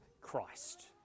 Christ